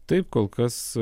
taip kol kas